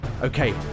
Okay